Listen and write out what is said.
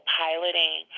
piloting